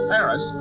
Paris